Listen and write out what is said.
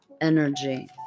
energy